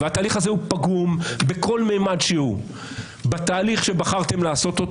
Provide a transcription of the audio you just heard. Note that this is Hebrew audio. התהליך הזה פגום בכל ממד שהוא: בתהליך שבחרתם לעשות,